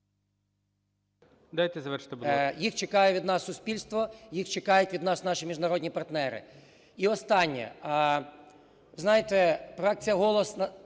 Їх чекає від нас суспільство, їх чекають від нас наші міжнародні партнери. І останнє. Знаєте, фракція "Голос"